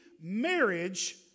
marriage